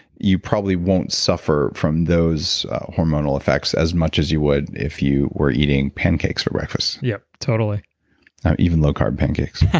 you probably won't suffer from those hormonal effects as much as you would if you were eating pancakes for breakfast yeah, totally even low carb pancakes.